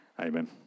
Amen